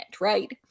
right